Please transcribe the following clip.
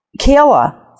Kayla